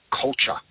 culture